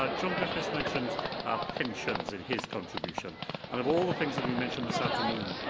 ah john griffiths mentioned ah pensions in his contribution, and of all the things that we've mentioned this afternoon,